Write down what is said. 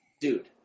dude